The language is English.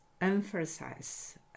emphasize